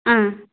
ஆ